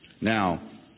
Now